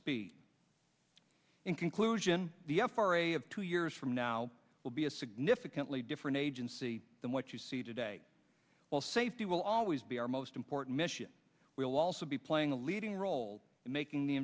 speed and conclusion the f r a of two years from now will be a significantly different agency than what you see today while safety will always be our most important mission we will also be playing a leading role in making the